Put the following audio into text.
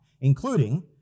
including